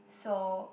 so